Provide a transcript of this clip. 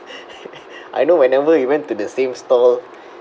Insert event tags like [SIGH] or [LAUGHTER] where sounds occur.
[LAUGHS] I know whenever he went to the same stall